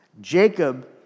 Jacob